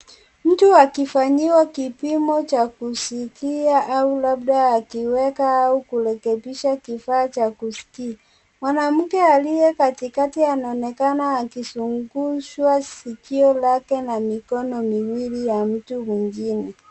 Mtu akifanyiwa kipimo cha kusikia au labda akiweka au kurekebisha kifaa cha kuskia, mwanamke aliye katikati anaonekana akizungushwa sikio lake na mikono miwili ya mtu mwingine.